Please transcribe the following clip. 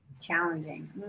Challenging